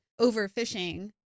overfishing